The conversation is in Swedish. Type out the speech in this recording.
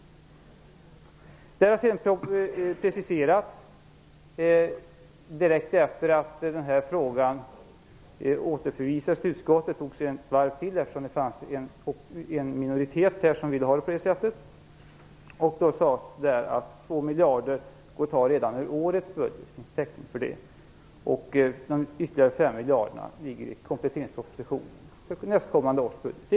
Sedan gjordes det en precisering direkt efter det att frågan återförvisades till utskottet, eftersom det fanns en minoritet som ville ha det på det sättet. Det sades då att det finns täckning för att ta 2 miljarder redan ur årets budget. De ytterligare 5 miljarderna ingår i kompletteringspropositionen för nästkommande års budget.